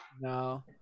No